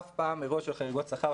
אף פעם אירוע של חריגות שכר,